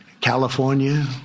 California